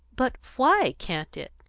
but why can't it?